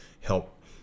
help